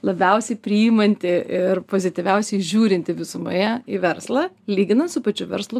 labiausiai priimanti ir pozityviausiai žiūrinti visumoje į verslą lyginan su pačiu verslu